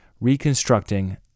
Reconstructing